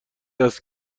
است